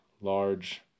large